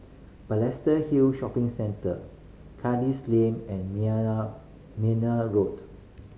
Balestier Hill Shopping Centre Kandis Lane and Meyer Road